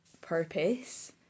purpose